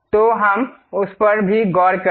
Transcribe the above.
तो हम उस पर भी गौर करें